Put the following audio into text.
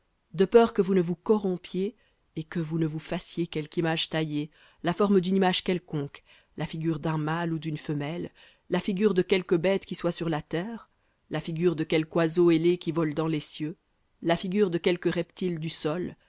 de peur que vous ne vous corrompiez et que vous ne vous fassiez quelque image taillée la forme d'une image quelconque la figure d'un mâle ou d'une femelle la figure de quelque bête qui soit sur la terre la figure de quelque oiseau ailé qui vole dans les cieux la figure de quelque reptile du sol